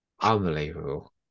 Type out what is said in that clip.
Unbelievable